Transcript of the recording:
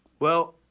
well,